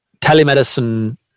telemedicine